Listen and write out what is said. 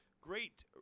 great